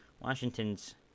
Washington's